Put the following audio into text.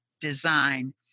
design